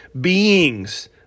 beings